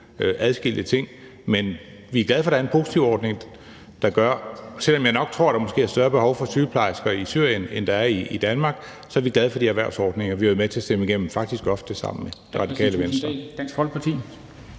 Men vi er glade for, at der er en positivordning. Selv om jeg nok tror, at der måske er større behov for sygeplejersker i Syrien, end der er i Danmark, så er vi glade for de erhvervsordninger, vi har været med til at stemme igennem – faktisk ofte sammen med Det Radikale Venstre.